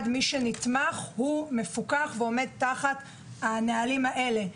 ונתמך מפוקח ועומד תחת הנהלים האלה.